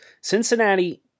Cincinnati